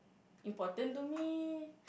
important to me